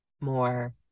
more